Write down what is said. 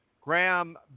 Graham